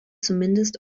zumindest